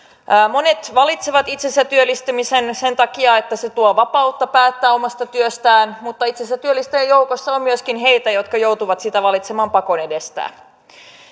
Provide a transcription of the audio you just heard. monet valitsevat itsensä työllistämisen sen takia että se tuo vapautta päättää omasta työstään mutta itsensätyöllistäjien joukossa on myöskin niitä jotka joutuvat sen valitsemaan pakon edessä